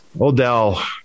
Odell